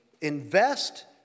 invest